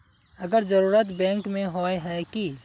अगर जरूरत बैंक में होय है की?